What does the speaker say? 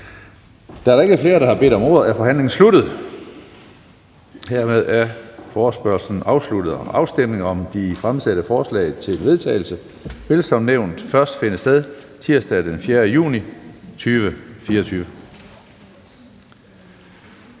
Da der ikke er flere, der har bedt om ordet, er forhandlingen sluttet, og hermed er forespørgslen afsluttet. Afstemningen om de fremsatte forslag til vedtagelse vil som nævnt først finde sted tirsdag den 4. juni 2024.